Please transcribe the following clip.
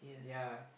yea